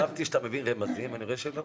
אלכס, חשבתי שאתה מבין רמזים ואני רואה שלא.